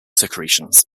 secretions